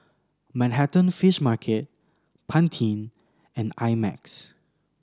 Manhattan Fish Market Pantene and I Max